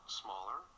smaller